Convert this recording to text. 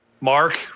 Mark